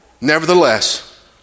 Nevertheless